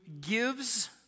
gives